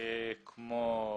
כמו